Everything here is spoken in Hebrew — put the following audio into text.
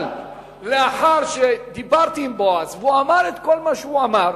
אבל לאחר שדיברתי עם בועז והוא אמר את כל מה שהוא אמר,